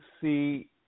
see